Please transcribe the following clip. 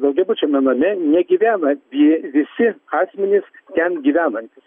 daugiabučiame name negyvena tie visi asmenys ten gyvenantys